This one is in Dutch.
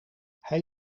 hij